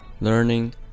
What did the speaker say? learning